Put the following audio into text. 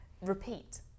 repeat